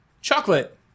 chocolate